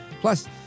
Plus